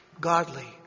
godly